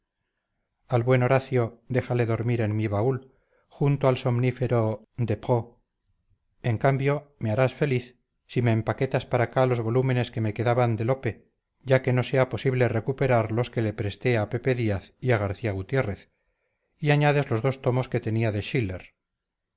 al buen horacio déjale dormir en mi baúl junto al somnífero despreaux en cambio me harás feliz si me empaquetas para acá los volúmenes que me quedaban de lope ya que no sea posible recuperar los que le presté a pepe díaz y a garcía gutiérrez y añades los dos tomos que tenía de schiller